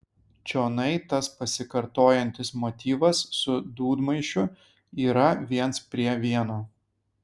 čionai tas pasikartojantis motyvas su dūdmaišiu yra viens prie vieno